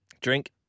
Drink